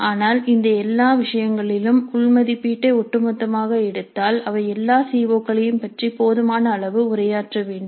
ஆனால் இந்த எல்லா விஷயங்களிலும் உள் மதிப்பீட்டை ஒட்டுமொத்தமாக எடுத்தால் அவை எல்லா சி ஓ களையும் பற்றி போதுமான அளவு உரையாற்ற வேண்டும்